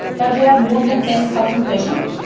but we have more than ten thousand patients.